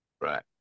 Right